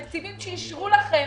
תקציבים שאישרו לכם.